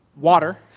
water